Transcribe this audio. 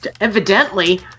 Evidently